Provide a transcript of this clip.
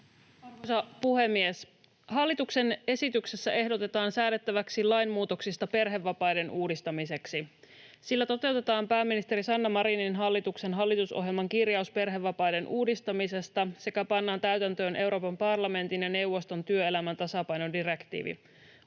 Arvoisa puhemies! Hallituksen esityksessä ehdotetaan säädettäväksi lainmuutoksista perhevapaiden uudistamiseksi. Sillä toteutetaan pääministeri Sanna Marinin hallituksen hallitusohjelman kirjaus perhevapaiden uudistamisesta sekä pannaan täytäntöön Euroopan parlamentin ja neuvoston työelämän tasapaino ‑direktiivi.